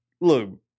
look